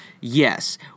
Yes